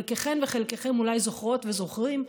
חלקכם וחלקכן אולי זוכרות וזוכרים,